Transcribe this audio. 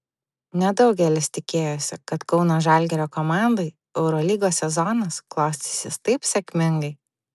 nedaugelis tikėjosi kad kauno žalgirio komandai eurolygos sezonas klostysis taip sėkmingai